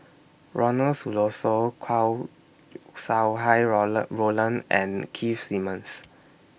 Ronald Susilo Chow Sau Hai Rola Roland and Keith Simmons